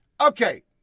Okay